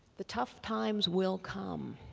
the tough times will come.